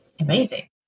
amazing